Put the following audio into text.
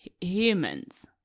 humans